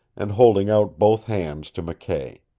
and holding out both hands to mckay.